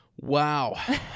Wow